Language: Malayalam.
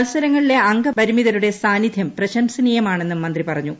മത്സരങ്ങിലെ അംഗപരിമിതരുടെ സാന്നിധ്യം പ്രശംസനീയമാണെന്നും മന്ത്രി പറഞ്ഞു